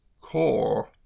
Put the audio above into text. Core